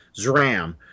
Zram